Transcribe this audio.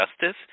justice